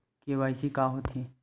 KYC का होथे?